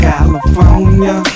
California